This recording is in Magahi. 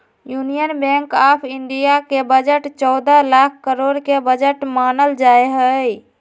यूनियन बैंक आफ इन्डिया के बजट चौदह लाख करोड के बजट मानल जाहई